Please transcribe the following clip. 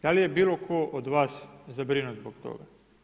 Da li je bilo tko od vas zabrinut oko toga?